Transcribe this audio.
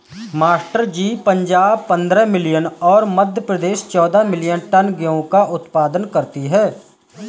master ji Punjab पंद्रह million और मध्य प्रदेश चौदह मिलीयन टन गेहूं का उत्पादन करती है